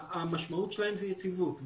המשמעות שלהם זה יציבות.